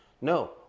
No